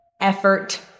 effort